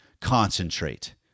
concentrate